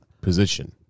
position